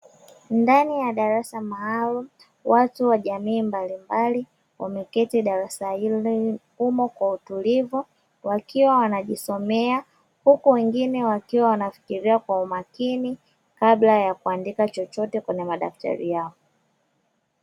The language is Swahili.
Ndani ya darasa maalum watu wa jamii mbalimbali wameketi darasa hili humo kwa utulivu, wakiwa wanajisomea huko wengine wakiwa wanafikiria kwa umakini kabla ya kuandika chochote kwenye madaftari yao.